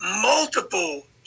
multiple